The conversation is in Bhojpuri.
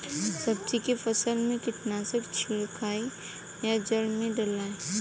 सब्जी के फसल मे कीटनाशक छिड़काई या जड़ मे डाली?